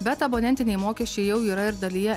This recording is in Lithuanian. bet abonentiniai mokesčiai jau yra ir dalyje